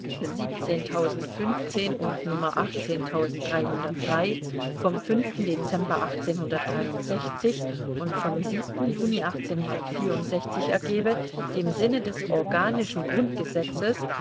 und vom dezember und vom juni ergebe dem sinne des organischen grundgesetzes